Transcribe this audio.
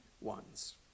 ones